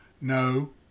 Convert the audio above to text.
No